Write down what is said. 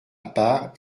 part